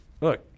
look